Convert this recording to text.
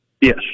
Yes